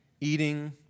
eating